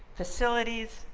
facilities,